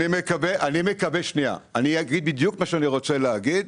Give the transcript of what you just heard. אני אגיד בדיוק מה שאני רוצה להגיד,